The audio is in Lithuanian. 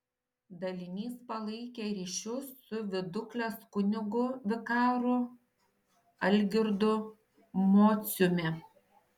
dalinys palaikė ryšius su viduklės kunigu vikaru algirdu mociumi